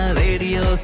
radio